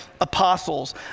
apostles